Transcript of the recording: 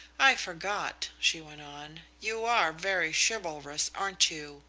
i forgot, she went on. you are very chivalrous, aren't you?